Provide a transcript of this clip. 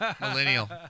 Millennial